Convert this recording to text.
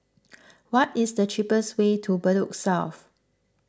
what is the cheapest way to Bedok South